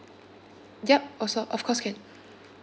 yup also of course can